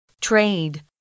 Trade